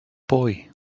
boy